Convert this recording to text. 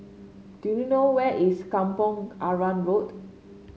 do you know where is Kampong Arang Road